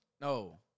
No